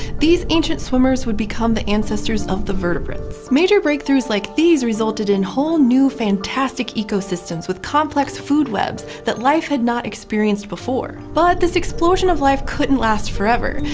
these ancient swimmers would become the ancestors of the vertebrates. major breakthroughs like these resulted in whole new, fantastic ecosystems with complex food webs that life had not experienced before. but, this explosion of life couldn't last forever.